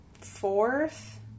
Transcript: fourth